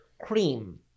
cream